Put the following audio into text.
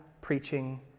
preaching